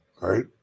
right